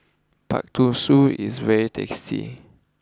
Pak Thong is very tasty